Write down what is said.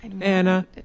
Anna